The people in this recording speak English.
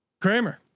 Kramer